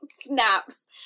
snaps